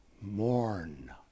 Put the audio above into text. mourn